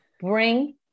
bring